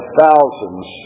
thousands